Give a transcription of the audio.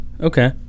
Okay